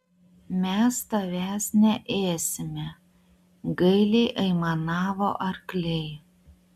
mes tavęs neėsime gailiai aimanavo arkliai